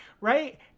right